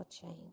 change